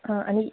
हा आणि